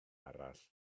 arall